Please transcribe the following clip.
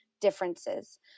differences